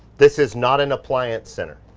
this is not an appliance center.